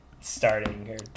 starting